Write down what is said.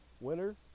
winner